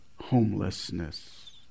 homelessness